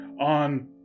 on